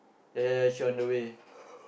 there she on the way